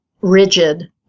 rigid